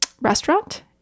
restaurant